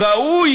ראוי